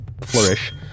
flourish